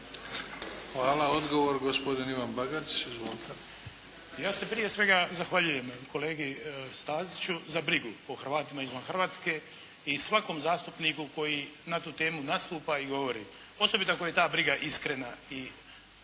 Hvala. Odgovor gospodin Ivan Bagarić. Izvolite! **Bagarić, Ivan (HDZ)** Ja se prije svega zahvaljujem kolegi Staziću za brigu o Hrvatima izvan Hrvatske i svakom zastupniku koji na tu temu nastupa i govori. Posebito ako je ta briga iskrena i